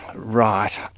right.